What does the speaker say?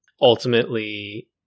ultimately